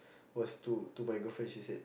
was to my girlfriend she said